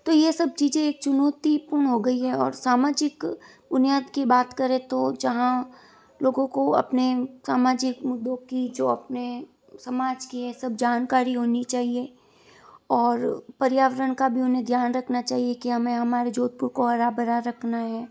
तो ये सब चीज़ें एक चुनौतीपूर्ण हो गई है और सामाजिक बुनियाद की बात करें तो जहाँ लोगो को अपने सामाजिक मुद्दों की जो अपने समाज की है सब जानकारी होनी चाहिए और पर्यावरण का भी उन्हें ध्यान रखना चाहिए कि हमें हमारे जोधपुर को हरा भरा रखना है